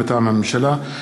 מטעם הממשלה,